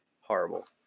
horrible